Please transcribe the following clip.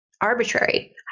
arbitrary